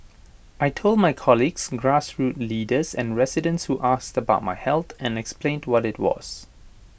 I Told my colleagues grassroots leaders and residents who asked about my health and explained what IT was